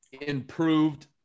improved